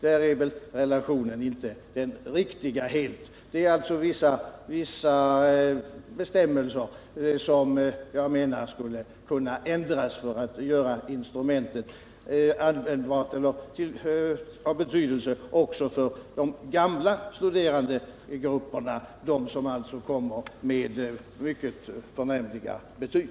Där är väl relationen inte den helt riktiga. Det är alltså vissa bestämmelser som jag menar skulle kunna ändras för att göra instrumentet betydelsefullt även för de ”gamla” studerandegrupperna, de som kommer till högskolan med mycket förnämliga betyg.